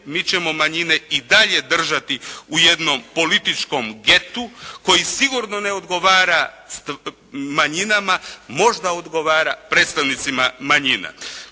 mi ćemo manjine i dalje držati u jednom političkom getu koji sigurno ne odgovara manjinama. Možda odgovara predstavnicima manjina.